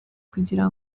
kugira